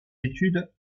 études